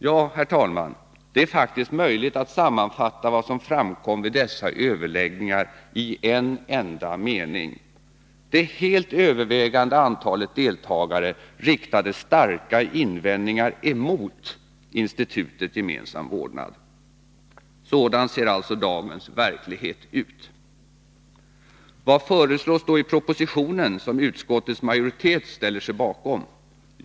Ja, herr talman, det är faktiskt möjligt att sammanfatta vad som framkom vid dessa överläggningar i en enda mening: Det helt övervägande antalet deltagare riktade starka invändningar emot institutet gemensam vårdnad. Sådan ser alltså dagens verklighet ut. Vad föreslås då i propositionen som utskottets majoritet ställer sig bakom?